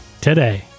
today